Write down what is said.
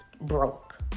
broke